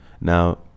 Now